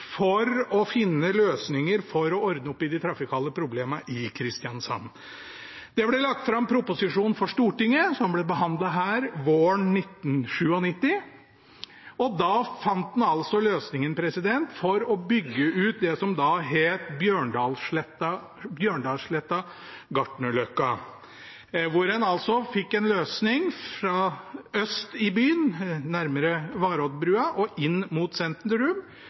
for å finne løsninger for å ordne opp i de trafikale problemene i Kristiansand. Det ble lagt fram en proposisjon for Stortinget, som ble behandlet her våren 1997. Da fant en altså løsningen med å bygge ut det som da het Bjørndalssletta–Gartnerløkka, hvor en fikk en løsning fra øst i byen, nærmere Varoddbrua, og inn mot sentrum,